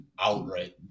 outright